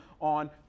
on